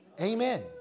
Amen